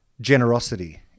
generosity